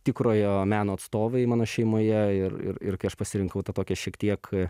tikrojo meno atstovai mano šeimoje ir ir kai aš pasirinkau tą tokią šiek tiek